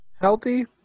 Healthy